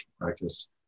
practice